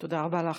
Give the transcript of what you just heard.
תודה רבה לך.